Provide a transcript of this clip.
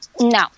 No